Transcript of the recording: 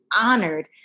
honored